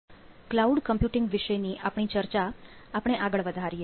cloud computing વિષેની આપણી ચર્ચા આપણે આગળ વધારીએ